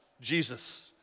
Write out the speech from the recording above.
Jesus